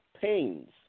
pains